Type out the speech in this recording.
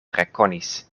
rekonis